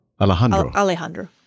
Alejandro